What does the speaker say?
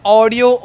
audio